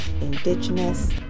Indigenous